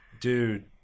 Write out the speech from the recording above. Dude